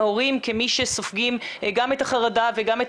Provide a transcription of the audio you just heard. ההורים כמי שסופגים גם את החרדה וגם את